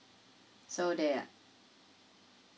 so they are